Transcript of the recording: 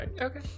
Okay